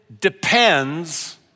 depends